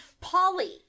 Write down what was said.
Polly